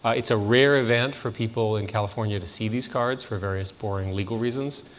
it's a rare event for people in california to see these cars, for various boring legal reasons.